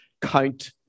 Count